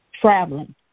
traveling